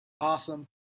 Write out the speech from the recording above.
Awesome